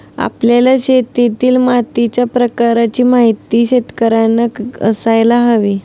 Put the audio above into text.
आपल्या शेतातील मातीच्या प्रकाराची माहिती शेतकर्यांना असायला हवी